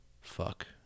Fuck